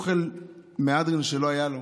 אוכל מהדרין שלא היה לו.